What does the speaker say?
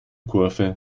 kurve